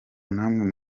namwe